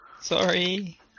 sorry